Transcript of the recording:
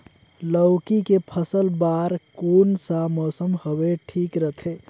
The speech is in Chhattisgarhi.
लौकी के फसल बार कोन सा मौसम हवे ठीक रथे?